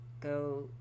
go